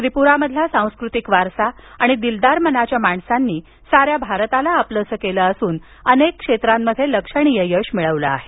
त्रिप्रामधील सांकृतिक वारसा आणि दिलदार मनाच्या माणसांनी साऱ्या भारताला आपलंसं केलं असून अनेक क्षेत्रामध्ये लक्षणीय यश मिळवलं आहे